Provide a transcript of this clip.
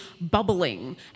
bubbling